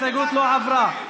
ההסתייגות לא עברה.